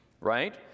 right